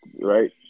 Right